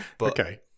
Okay